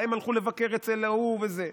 הם הלכו לבקר אצל ההוא וזה.